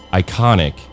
iconic